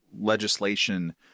legislation